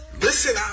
Listen